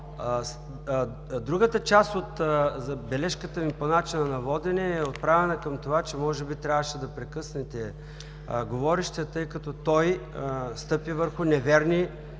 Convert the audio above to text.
Другата част от бележката ми по начина на водене е отправена към това, че може би трябваше да прекъснете говорещия, тъй като той стъпи върху неверни